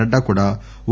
నడ్డా కూడా ఓ